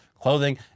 clothing